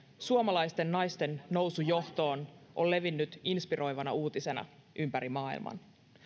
suomalaisten naisten nousu johtoon on levinnyt inspiroivana uutisena ympäri maailman